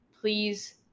Please